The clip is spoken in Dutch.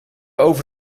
over